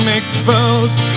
exposed